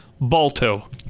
balto